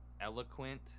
eloquent